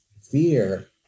fear